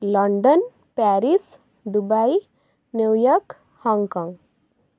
London Paris Dubai New York Hong Kong